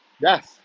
Yes